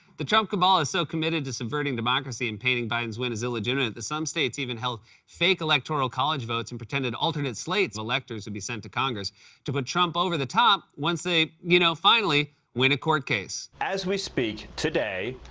the trump cabal is so committed to subverting democracy and painting biden's win as illegitimate that some states even held fake electoral college votes and pretended an alternate slate of electors would be sent to congress to put trump over the top once they, you know, finally win a court case. as we speak today,